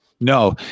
No